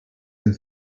and